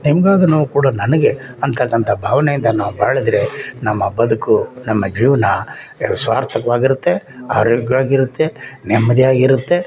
ನಿಮ್ಗೆ ಆದ ನೋವು ಕೂಡ ನನಗೆ ಅಂತಕ್ಕಂಥ ಭಾವನೆಯಿಂದ ನಾವು ಬಾಳಿದ್ರೆ ನಮ್ಮ ಬದುಕು ನಮ್ಮ ಜೀವನ ಸಾರ್ಥಕವಾಗಿರುತ್ತೆ ಆರೋಗ್ಯವಾಗಿರುತ್ತೆ ನೆಮ್ಮದಿಯಾಗಿರುತ್ತೆ